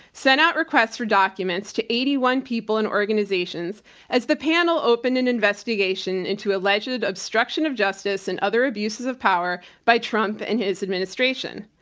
sent out requests for documents to eighty one people and organizations as the panel opened an investigation into alleged obstruction of justice and other abuses of power by trump and his administration.